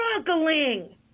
struggling